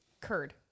curd